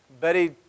Betty